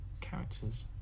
characters